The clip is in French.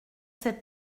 cet